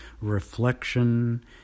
reflection